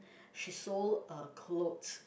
she sold uh clothes